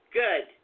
good